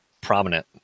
prominent